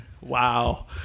Wow